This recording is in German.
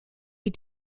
wie